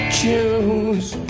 choose